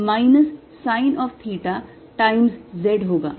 तो यह minus sine of theta times z होगा